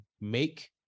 make